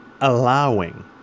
allowing